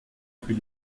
rue